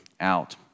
out